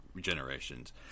generations